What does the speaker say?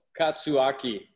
katsuaki